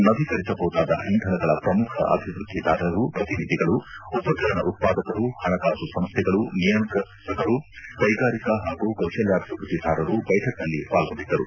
ನವೀಕರಿಸಬಹುದಾದ ಇಂಧನಗಳ ಪ್ರಮುಖ ಅಭಿವೃದ್ದಿದಾರರು ಪ್ರತಿನಿಧಿಗಳು ಉಪಕರಣ ಉತ್ಪಾದಕರು ಹಣಕಾಸು ಸಂಸ್ಥೆಗಳು ನಿಯಂತ್ರಕರು ಕೈಗಾರಿಕಾ ಹಾಗೊ ಕೌಶಲ್ಯಾಭಿವೃದ್ದಿದಾರರು ಬೈರಕ್ನಲ್ಲಿ ಪಾಲ್ಗೊಂಡಿದ್ದರು